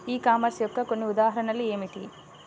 E commerce యొక్క కొన్ని ఉదాహరణలు ఏమిటి?